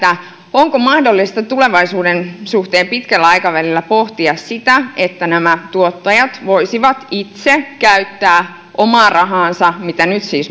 onko mahdollista tulevaisuuden suhteen pitkällä aikavälillä pohtia sitä että nämä tuottajat voisivat itse käyttää omaa rahaansa mitä nyt siis